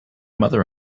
mother